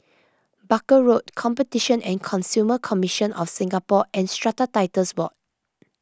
Barker Road Competition and Consumer Commission of Singapore and Strata Titles Board